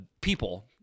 people